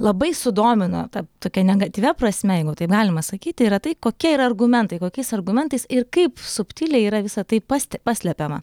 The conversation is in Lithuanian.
labai sudomino ta tokia negatyvia prasme jeigu taip galima sakyti yra tai kokie yra argumentai kokiais argumentais ir kaip subtiliai yra visa tai paste paslepiama